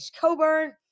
Coburn